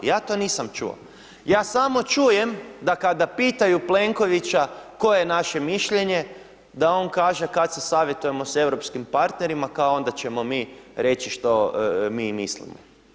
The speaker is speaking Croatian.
Ja to nisam čuo, ja samo čujem da kada pitanju Plenkovića koje je naše mišljenje, kad se savjetujemo sa europskim partnerima kao onda ćemo mi reći što mi mislimo.